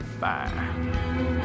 Bye